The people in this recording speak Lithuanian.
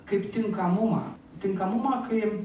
kaip tinkamumą tinkamumą kai